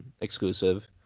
exclusive